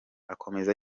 akomeza